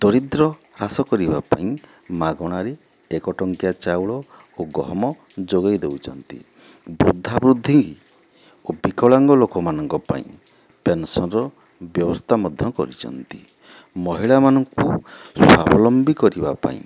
ଦରିଦ୍ର ହ୍ରାସ କରିବାପାଇଁ ମାଗଣାରେ ଏକ ଟଙ୍କିଆ ଚାଉଳ ଓ ଗହମ ଯୋଗାଇ ଦେଉଛନ୍ତି ବୃଦ୍ଧା ବୃଦ୍ଧି ଓ ବିକଳାଙ୍ଗ ଲୋକମାନଙ୍କ ପାଇଁ ପେନସନ୍ର ବ୍ୟବସ୍ଥା ମଧ୍ୟ କରିଛନ୍ତି ମହିଳାମାନଙ୍କୁ ସ୍ଵାବଲମ୍ବୀ କରିବା ପାଇଁ